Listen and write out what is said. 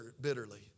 bitterly